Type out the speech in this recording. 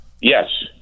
Yes